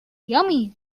yummy